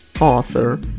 author